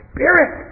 Spirit